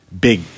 big